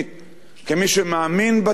כמי שמאמין בציונות,